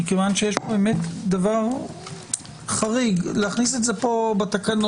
מכיוון שיש דבר חריג להכניס את זה פה בתקנות.